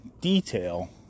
detail